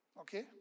Okay